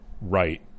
right